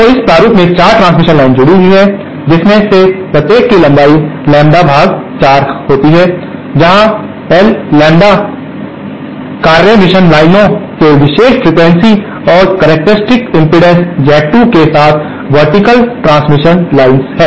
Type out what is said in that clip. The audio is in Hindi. तो इस प्रारूप में 4 ट्रांसमिशन लाइन्स जुड़ी होती हैं जिनमें से प्रत्येक में लंबाई लैम्ब्डा भाग 4 होती है जहां l लैम्ब्डा कार्य मिशन लाइनों के विशेष फ्रीक्वेंसी और करक्टेरिस्टिक्स इम्पीडेन्स Z2 के साथ वर्टीकल ट्रांसमिशन लाइन्स है